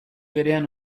berean